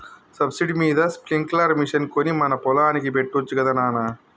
subsidy మీద sprinkler machine కొని మన పొలానికి పెట్టొచ్చు గదా నాన